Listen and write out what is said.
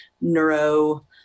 neuro